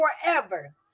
forever